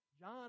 John